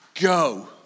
Go